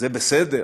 זה בסדר.